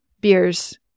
beers